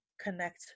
connect